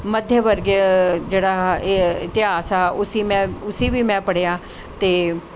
मध्य वर्गिय जेह्ड़ा हा एह् इतिहास हा उसी बी में पढ़ेआ ते